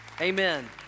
Amen